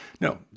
No